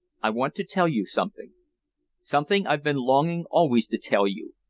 i want to tell you something something i've been longing always to tell you,